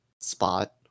spot